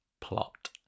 plot